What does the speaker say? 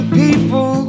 people